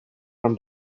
from